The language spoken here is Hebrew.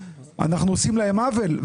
אנחנו עושים להם עוול.